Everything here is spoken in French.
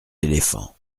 éléphants